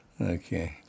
Okay